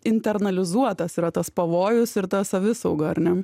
internalizuotas yra tas pavojus ir savisauga ar ne